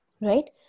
right